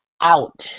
out